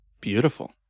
Beautiful